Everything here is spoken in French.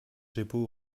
jeppo